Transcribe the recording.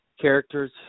characters